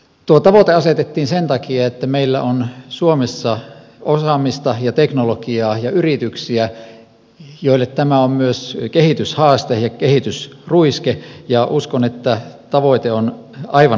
tuo tavoite asetettiin sen takia että meillä on suomessa osaamista ja teknologiaa ja yrityksiä joille tämä on myös kehityshaaste ja kehitysruiske ja uskon että tavoite on aivan oikea